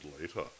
later